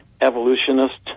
evolutionist